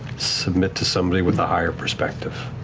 submit to somebody with a higher perspective.